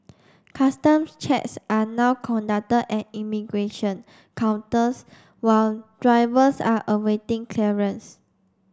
customs checks are now conducted at immigration counters while drivers are awaiting clearance